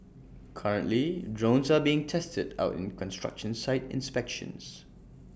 currently drones are being tested out in construction site inspections